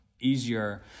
easier